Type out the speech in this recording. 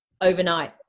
overnight